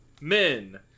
Men